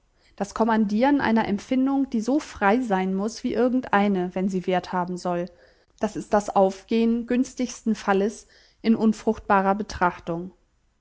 das kommandieren einer empfindung die so frei sein muß wie irgendeine wenn sie wert haben soll das ist das aufgehen günstigsten falles in unfruchtbarer betrachtung